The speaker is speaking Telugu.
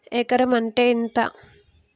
ఎకరం అంటే ఎంత?